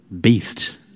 beast